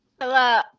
Hello